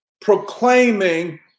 proclaiming